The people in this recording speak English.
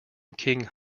king